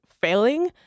failing